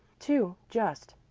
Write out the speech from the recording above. two, just.